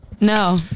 No